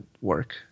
work